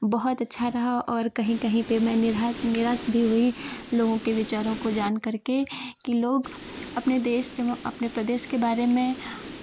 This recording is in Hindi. बहुत अच्छा रहा और कहीं कहीं पे मैं निराश भी हुई लोगों के विचारों को जानकर के कि लोग अपने देश एवं अपने प्रदेश के बारे में